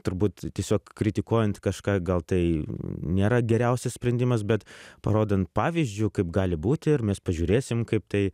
turbūt tiesiog kritikuojant kažką gal tai nėra geriausias sprendimas bet parodant pavyzdžių kaip gali būti ir mes pažiūrėsim kaip tai